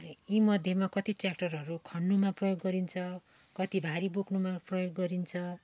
यी मध्येमा कति ट्य्राक्टरहरू खन्नुमा प्रयोग गरिन्छ कति भारी बोक्नुमा प्रयोग गरिन्छ